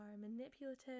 manipulative